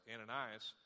Ananias